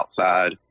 outside